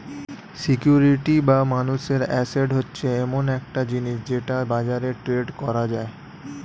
security বা মানুষের asset হচ্ছে এমন একটা জিনিস যেটা বাজারে ট্রেড করা যায়